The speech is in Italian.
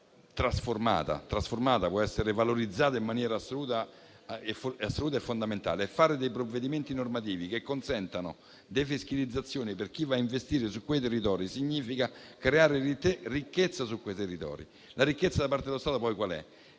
può essere trasformata e valorizzata in maniera assoluta e fondamentale; realizzare dei provvedimenti normativi che consentano defiscalizzazione per chi va a investire su quei territori significa creare su di essi ricchezza. La ricchezza da parte dello Stato, poi, qual è?